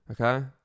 okay